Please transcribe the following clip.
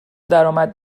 درآمد